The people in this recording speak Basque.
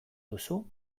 duzu